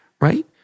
right